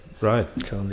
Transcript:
right